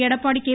Edappadi K